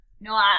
No